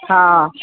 हा